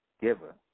giver